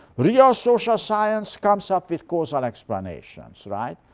real social science comes up with causal explanations. right?